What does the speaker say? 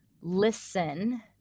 listen